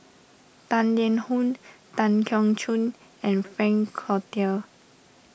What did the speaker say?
Tang Liang Hong Tan Keong Choon and Frank Cloutier